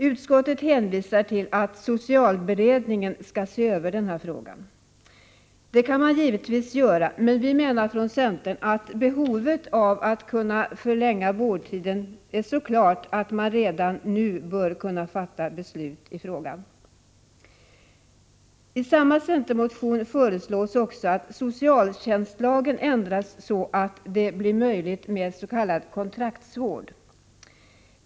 Utskottet hänvisar till att socialberedningen skall se över frågan. Givetvis kan man invänta den beredningen, men vi menar från centern att behovet av att förlänga vårdtiden är så klart att man redan nu bör kunna fatta beslut i frågan. I samma centermotion föreslås också att socialtjänstlagen skall ändras så att det blir möjligt med s.k. kontraktsvård.